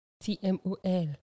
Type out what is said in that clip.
T-M-O-L